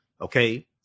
okay